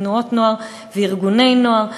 בתנועות נוער ובארגוני נוער.